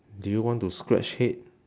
do you want to scratch head